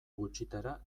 gutxitara